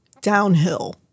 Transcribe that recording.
downhill